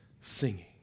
singing